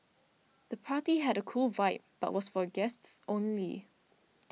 the party had a cool vibe but was for guests only